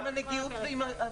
מדובר ברשימת המקומות בהם דווח על